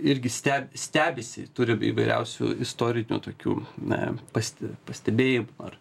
irgi steb stebisi turi įvairiausių istori tokių na past pastebėjimų ar